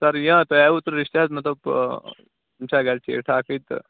سَر یہِ تُہۍ آیوُ اوترٕ رِشتہٕ ہٮ۪تھ مےٚ دوٚپ یِم چھا گَرِ ٹھیٖک ٹھاکٕے تہٕ